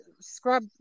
Scrub